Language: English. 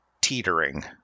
teetering